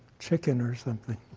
chicken, or something.